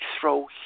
throw